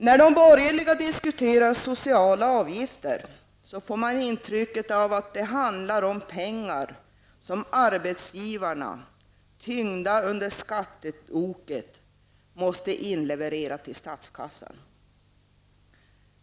När de borgerliga diskuterar sociala avgifter får man ett intryck av att det handlar om pengar som arbetsgivarna, tyngda under skatteoket, måste inleverera till statskassan.